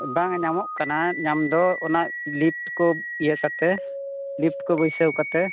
ᱵᱟᱝ ᱧᱟᱢᱚᱜ ᱠᱟᱱᱟ ᱧᱟᱢᱫᱚ ᱚᱱᱟ ᱞᱤᱴ ᱠᱚ ᱤᱭᱟᱹ ᱠᱟᱛᱮᱫ ᱞᱤᱥᱴ ᱠᱚ ᱵᱟᱹᱭᱥᱟᱹᱣ ᱠᱟᱛᱮᱫ